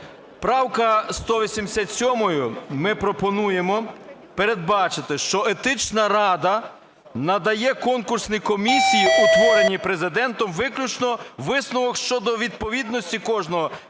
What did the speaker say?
Правкою 187 ми пропонуємо передбачити, що Етична рада надає конкурсній комісії, утвореній Президентом, виключно висновок щодо відповідності кожного